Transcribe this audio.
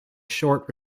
short